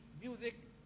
music